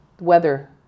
Weather